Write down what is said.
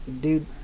dude